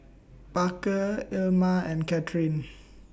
Parker Ilma and Kathrine